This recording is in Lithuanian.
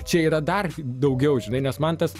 čia yra dar daugiau žinai nes man tas